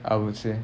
I would say